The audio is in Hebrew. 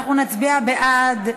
אנחנו נצביע בעד,